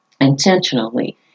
intentionally